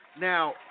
Now